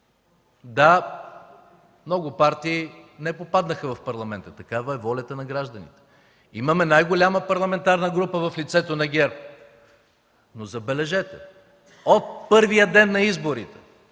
Да, много партии не попаднаха в Парламента – такава е волята на гражданите. Имаме най-голямата парламентарна група в лицето на ГЕРБ, но забележете, от първия ден на изборите